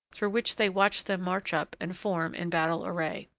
through which they watched them march up and form in battle-array.